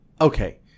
okay